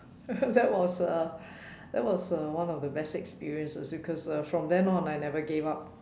that was uh that was uh one of the best experiences because uh from then on I never gave up